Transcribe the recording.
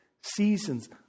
seasons